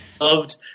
loved